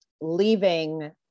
leaving